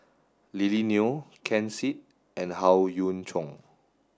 Lily Neo Ken Seet and Howe Yoon Chong